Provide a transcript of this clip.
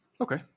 Okay